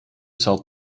zal